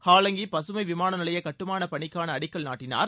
ஹாவங்கி பசுமை விமான நிலைய கட்டுமானபணிக்கான அடிக்கல் நாட்டினார்